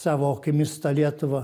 savo akimis tą lietuvą